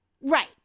Right